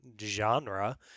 genre